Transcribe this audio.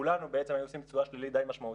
כולנו בעצם היו עושים תשואה שלילית די משמעותית,